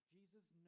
Jesus